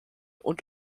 und